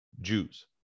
Jews